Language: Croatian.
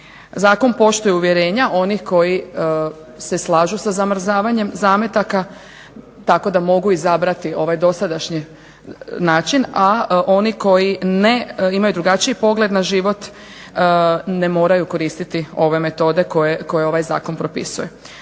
Zakon poštuje uvjerenja onih koji se slažu sa zamrzavanjem zametaka tako da mogu izabrati ovaj dosadašnji način, a oni koji imaju drugačiji pogled na život ne moraju koristiti ove metode koje ovaj zakon propisuje.